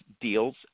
deals